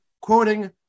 quoting